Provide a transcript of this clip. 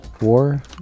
war